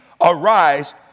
arise